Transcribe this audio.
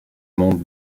monde